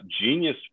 genius